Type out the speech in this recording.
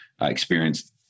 experience